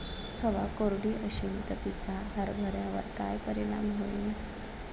हवा कोरडी अशीन त तिचा हरभऱ्यावर काय परिणाम होईन?